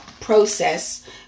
process